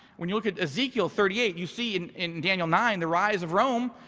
when you look at ezekiel thirty eight, you see in in daniel nine, the rise of rome,